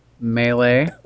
melee